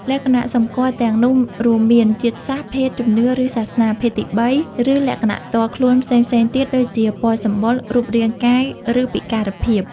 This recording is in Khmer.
លក្ខណៈសម្គាល់ទាំងនោះរួមមាន ជាតិសាសន៍ ភេទ ជំនឿ ឬសាសនា ភេទទីបី ឬលក្ខណៈផ្ទាល់ខ្លួនផ្សេងៗទៀតដូចជា ពណ៌សម្បុរ រូបរាងកាយ ឬពិការភាព។